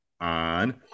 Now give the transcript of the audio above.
on